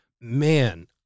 Man